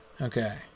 Okay